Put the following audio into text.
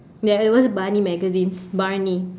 ya it was barney magazines barney